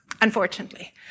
unfortunately